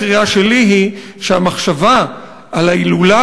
הקריאה שלי היא שהמחשבה על ההילולה